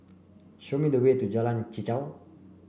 show me the way to Jalan Chichau